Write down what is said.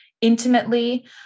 intimately